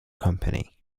company